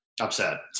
upset